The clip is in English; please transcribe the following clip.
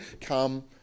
come